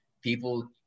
people